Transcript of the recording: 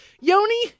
Yoni